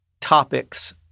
topics